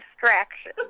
distraction